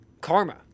karma